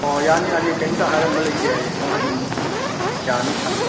ꯑꯣ ꯌꯥꯅꯤ ꯌꯥꯅꯤ ꯀꯩꯏꯝꯇ ꯍꯥꯏꯔꯝꯕ ꯂꯩꯇꯦ ꯍꯥꯏꯌꯦ ꯑꯗꯨꯝ ꯌꯥꯅꯤ ꯁꯪꯉꯦ